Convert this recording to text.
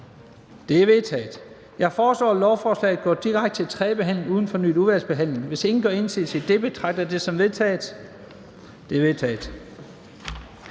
De er vedtaget. Jeg foreslår, at lovforslaget går direkte til tredje behandling uden fornyet udvalgsbehandling. Hvis ingen gør indsigelse, betragter jeg det som vedtaget. Det er vedtaget.